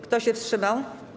Kto się wstrzymał?